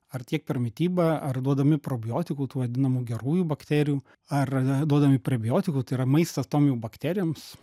ar tiek per mitybą ar duodami probiotikų tų vadinamų gerųjų bakterijų ar duodami prebiotikų tai yra maistas tom jau bakterijoms